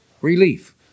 relief